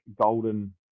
golden